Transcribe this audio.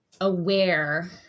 aware